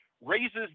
raises